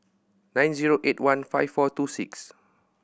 nine zero eight one five four two six